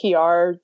PR